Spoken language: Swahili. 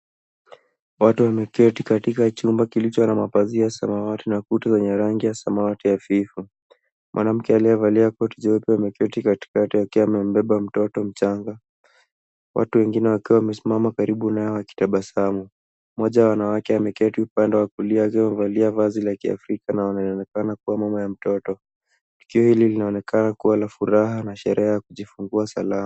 Watu wameketi katika chumba kilicho na mapazia ya samawati na kuta zenye rangi ya samawati hafifu. Mwanamke aliyevalia koti jeupe ameketi katikati akiwa amembeba mtoto mchanga. Watu wengine wakiwa wamesimama karibu naye wakitabasamu. Mmoja wa wanawake ameketi upande wa kulia akiwa amevalia vazi ya Kiafrika na anayeonekana kuwa mama ya mtoto. Tukio hili linaonekana kuwa la furaha na sherehe ya kujifungua salama.